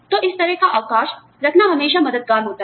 तो इस तरह का अवकाश रखना हमेशा मददगार होता है